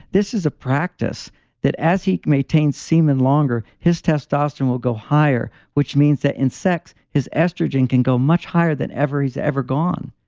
this is a practice that as he maintains semen longer, his testosterone will go higher, which means that in sex, his estrogen can go much higher than ever he's ever gone.